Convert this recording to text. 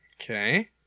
Okay